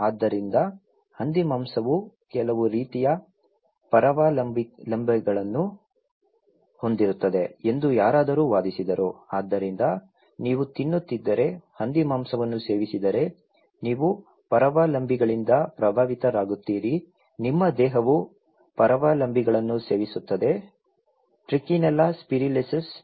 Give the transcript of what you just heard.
ಆದ್ದರಿಂದ ಹಂದಿಮಾಂಸವು ಕೆಲವು ರೀತಿಯ ಪರಾವಲಂಬಿಗಳನ್ನು ಹೊಂದಿರುತ್ತದೆ ಎಂದು ಯಾರಾದರೂ ವಾದಿಸಿದರು ಆದ್ದರಿಂದ ನೀವು ತಿನ್ನುತ್ತಿದ್ದರೆ ಹಂದಿಮಾಂಸವನ್ನು ಸೇವಿಸಿದರೆ ನೀವು ಪರಾವಲಂಬಿಗಳಿಂದ ಪ್ರಭಾವಿತರಾಗುತ್ತೀರಿ ನಿಮ್ಮ ದೇಹವು ಪರಾವಲಂಬಿಗಳನ್ನು ಸೇವಿಸುತ್ತದೆ ಟ್ರೈಚಿನೆಲ್ಲಾ ಸ್ಪೈರಾಲಿಸ್